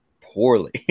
poorly